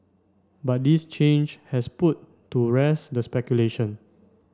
but this change has put to rest the speculation